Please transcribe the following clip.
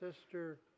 sister